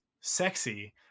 sexy